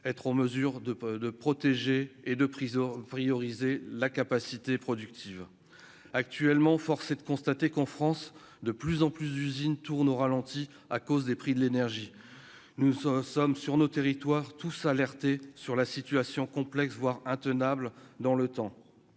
être en mesure de de protéger et de prison prioriser la capacité productive actuellement, force est de constater qu'en France, de plus en plus d'usines tourne au ralenti à cause des prix de l'énergie, nous nous sommes sommes sur nos territoires tous alerter sur la situation complexe voire intenable dans le temps